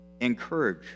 Encourage